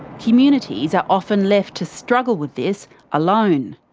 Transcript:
communities are often left to struggle with this alone.